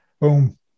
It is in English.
Boom